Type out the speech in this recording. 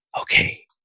okay